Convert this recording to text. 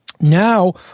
Now